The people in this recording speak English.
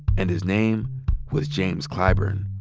and his name was james clyburn.